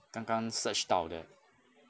刚刚 search 到的